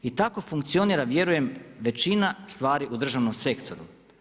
I tako funkcionira, vjerujem većina stvari u državnom sektoru.